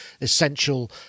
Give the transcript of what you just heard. essential